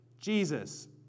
Jesus